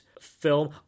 film